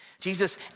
Jesus